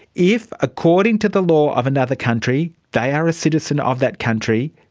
if according to the law of another country they are a citizen of that country,